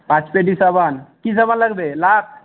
পাঁচ পেটি সাবান কি সাবান লাগবে লাক্স